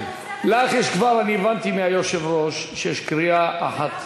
לך יש כבר, אני הבנתי מהיושב-ראש, קריאה אחת,